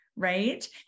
right